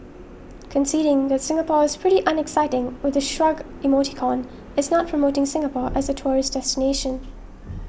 conceding that Singapore is pretty unexciting with the shrug emoticon is not promoting Singapore as a tourist destination